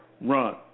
run